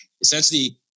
essentially